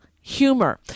humor